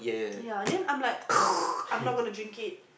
ya then I'm like I'm not gonna drink it